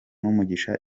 n’umugisha